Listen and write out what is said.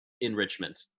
enrichment